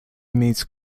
meets